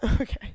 Okay